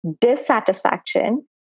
dissatisfaction